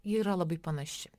ji yra labai panaši